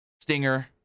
Stinger